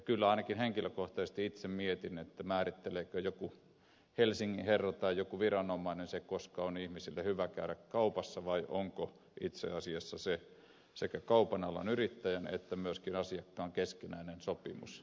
kyllä ainakin henkilökohtaisesti itse mietin määritteleekö joku helsingin herra tai joku viranomainen sen koska on ihmisten hyvä käydä kaupassa vai onko itse asiassa se sekä kaupan alan yrittäjän että myöskin asiakkaan keskinäinen sopimus